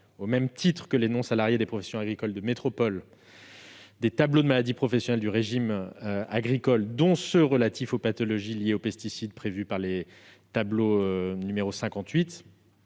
au même titre que les non-salariés des professions agricoles de métropole, des tableaux de maladies professionnelles du régime agricole, dont ceux relatifs aux pathologies liées aux pesticides prévues par les tableaux 58